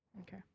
Okay